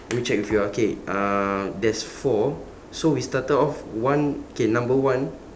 let me check with you ah okay uh there's four so we started off one okay number one